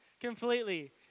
completely